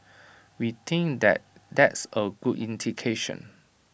we think that that's A good indication